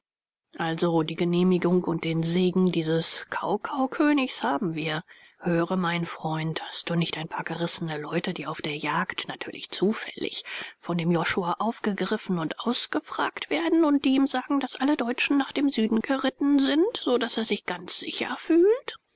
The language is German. also die genehmigung und den segen dieses kaukaukönigs haben wir höre mein freund hast du nicht ein paar gerissene leute die auf der jagd natürlich zufällig von dem josua aufgegriffen und ausgefragt werden und die ihm sagen daß alle deutschen nach dem süden geritten sind so daß er sich ganz sicher fühlt